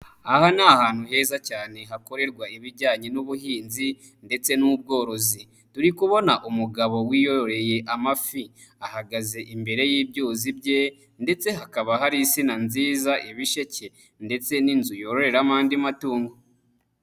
Aha ni ahantu heza cyane hakorerwa ibijyanye n'ubuhinzi ndetse n'ubworozi, turi kubona umugabo wiyororeye amafi ahagaze imbere y'ibyuzi bye ndetse hakaba hari insina nziza, ibisheke ndetse n'inzu yororeramo andi matungo.